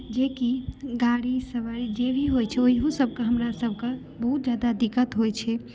जेकि गाड़ी सवारी जे भी होइ छै ओहियो सब के हमरा सब के बहुत जादा दिक्कत होइ छै